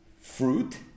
fruit